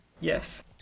Yes